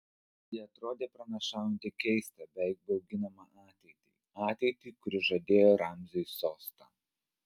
ji atrodė pranašaujanti keistą beveik bauginamą ateitį ateitį kuri žadėjo ramziui sostą